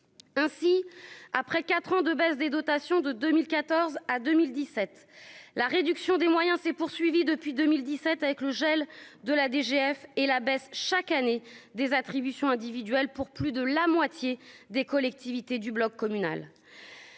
ainsi, après 4 ans de baisse des dotations de 2014 à 2017, la réduction des moyens s'est poursuivie depuis 2017 avec le gel de la DGF et la baisse chaque année des attributions individuelles pour plus de la moitié des collectivités du bloc communal,